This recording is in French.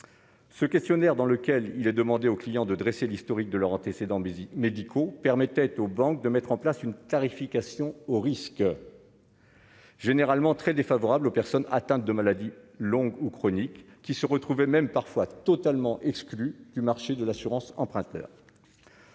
ce questionnaire dans lequel il est demandé aux clients de dresser l'historique de leur antécédents visite médicaux permettait aux banques de mettre en place une tarification au risque. Généralement très défavorable aux personnes atteintes de maladies longues ou chronique qui se retrouvaient même parfois totalement exclues du marché de l'assurance emprunteur.